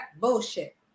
bullshit